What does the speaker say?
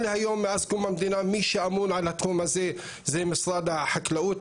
מאז קום המדינה מי שאמון על התחום הזה זה משרד החקלאות,